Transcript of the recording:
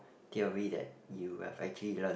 theory that you have actually learnt